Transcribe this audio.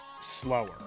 slower